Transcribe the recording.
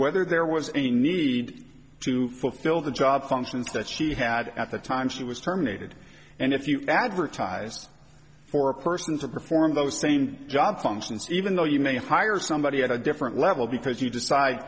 whether there was any need to fulfill the job functions that she had at the time she was terminated and if you advertise for a person to perform those thing job functions even though you may hire somebody at a different level because you decide